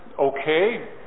okay